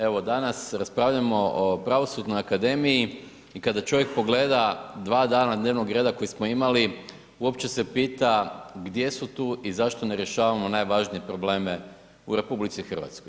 Evo danas raspravljamo o Pravosudnoj akademiji i kada čovjek pogleda dva dana dnevnog reda koji smo imali, uopće se pita gdje su tu i zašto se ne rješavamo najvažnije probleme u RH.